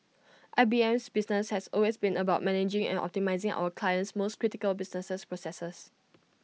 I B M business has always been about managing and optimising our clients most critical businesses processes